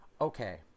Okay